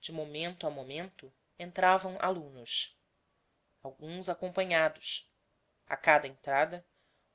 de momento a momento entravam alunos alguns acompanhados a cada entrada